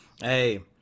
hey